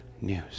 news